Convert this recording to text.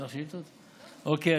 אוקיי,